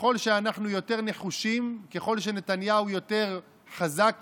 ככל שאנחנו יותר נחושים, ככל שנתניהו יותר חזק